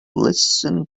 listen